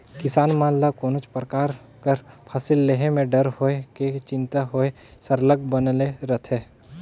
किसान मन ल कोनोच परकार कर फसिल लेहे में डर होए कि चिंता होए सरलग बनले रहथे